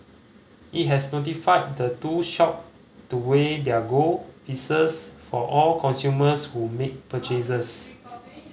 it has notified the two shop to weigh their gold pieces for all consumers who make purchases